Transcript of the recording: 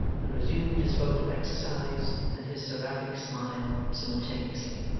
and resumed his vocal exercise, and his seraphic smile, simultaneously.